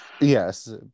Yes